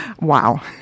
wow